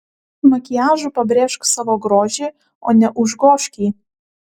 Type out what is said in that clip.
makiažu pabrėžk savo grožį o ne užgožk jį